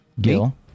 Gil